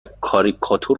کاریکاتور